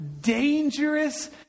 dangerous